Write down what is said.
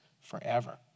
forever